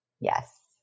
yes